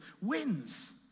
wins